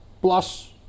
Plus